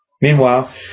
Meanwhile